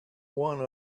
one